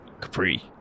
Capri